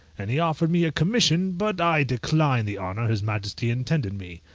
and he offered me a commission, but i declined the honour his majesty intended me.